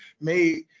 made –